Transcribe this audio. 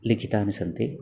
लिखितानि सन्ति